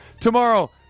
tomorrow